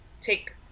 take